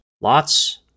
Lots